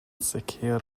sicr